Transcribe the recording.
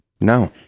No